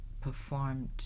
performed